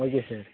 okay sir